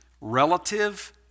relative